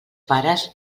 pares